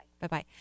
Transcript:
Bye-bye